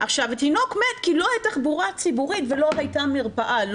התינוק מת כי לא הייתה תחבורה ציבורית ולא הייתה מרפאה.